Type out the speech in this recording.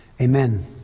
amen